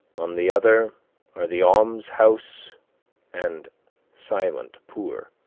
on the other are the almshouse and silent poor.